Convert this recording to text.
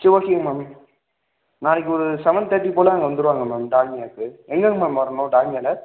சேரி ஓகேங்க மேம் நாளைக்கு ஒரு செவன் தேர்ட்டி போல் அங்கே வந்துடுவாங்க மேம் டால்மியாவுக்கு எங்கேங்க மேம் வரணும் டால்மியாவில்